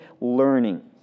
learning